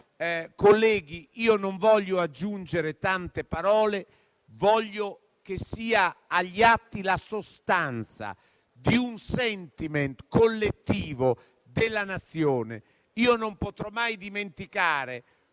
colleghi, non voglio aggiungere tante parole, ma voglio che sia agli atti la sostanza di un *sentiment* collettivo della Nazione. Non potrò mai dimenticare